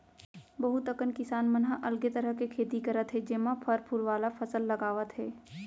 बहुत अकन किसान मन ह अलगे तरह के खेती करत हे जेमा फर फूल वाला फसल लगावत हे